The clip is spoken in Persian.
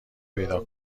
پیدا